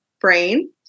brain